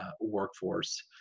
workforce